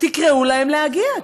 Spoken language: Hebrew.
תקראו להם להגיע.